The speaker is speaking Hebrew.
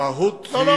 המהות היא